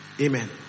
Amen